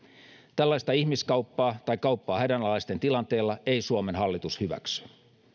tällaista ihmiskauppaa tai kauppaa hädänalaisten tilanteella ei suomen hallitus hyväksy